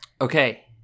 okay